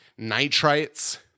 nitrites